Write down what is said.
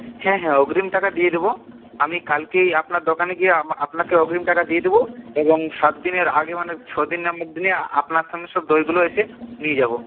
হ্যাঁ হ্যাঁ অগ্রিম টাকা দিয়ে দেবো আমি কালকেই আপনার দোকানে গিয়ে আপ আপনাকে অগ্রিম টাকা দিয়ে দেবো এবং সাতদিনের আগে মানে ছদিনের আপনার সঙ্গে সব দইগুলো এসে নিয়ে যাবো